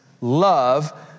love